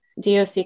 DOC